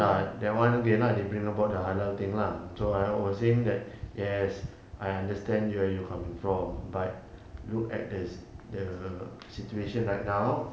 ah that one okay lah they bring about the halal thing lah so I was saying that yes I understand where you coming from but look at the the situation right now